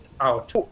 out